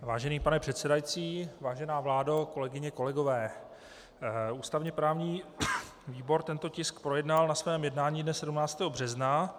Vážený pane předsedající, vážená vládo, kolegyně, kolegové, ústavněprávní výbor tento tisk projednal na svém jednání dne 17. března.